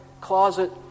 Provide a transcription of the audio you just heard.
closet